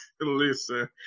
listen